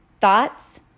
thoughts